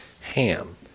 ham